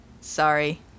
Sorry